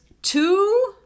Two